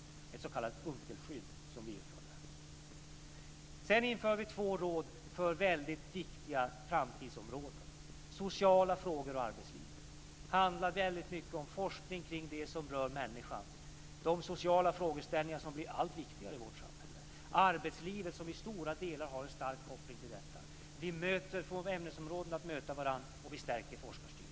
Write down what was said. Det är ett s.k. Unckelskydd som vi inför. Vi inför två råd för två väldigt viktiga framtidsområden, nämligen sociala frågor och arbetsliv. Det handlar om forskning kring det som rör människan, de sociala frågeställningarna som blir allt viktigare i vårt samhälle, arbetslivet som i stora delar har en stark koppling till detta. Vi får ämnesområden att möta varandra, och vi stärker forskarstyrningen.